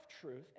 truth